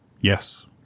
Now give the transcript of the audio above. Yes